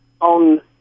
On